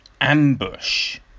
Ambush